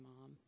Mom